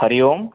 Hari Om